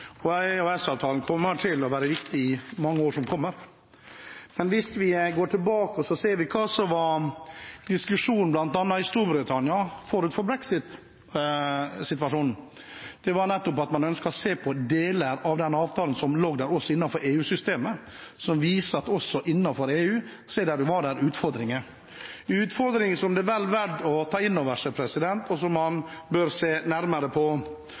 viktig og kommer til å være viktig i mange år framover. Men hvis vi går tilbake og ser på hva som var diskusjon bl.a. i Storbritannia forut for brexit-situasjonen, var det at man ønsket å se på deler av den avtalen som gjaldt EU-systemet, som viser at også innenfor EU var det utfordringer, utfordringer som det er vel verdt å ta inn over seg, og som man bør se nærmere på.